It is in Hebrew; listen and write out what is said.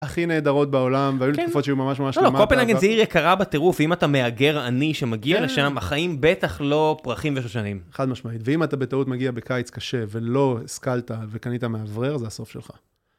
הכי נהדרות בעולם, והיו לי תקופות שהיו ממש ממש... לא, קופנהגן זה עיר יקרה בטירוף, אם אתה מנגר עני שמגיע לשם, החיים בטח לא פרחים ושושנים. חד משמעית. ואם אתה בטעות מגיע בקיץ קשה, ולא השכלת וקנית מאוורר, זה הסוף שלך.